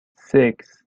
six